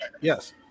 Yes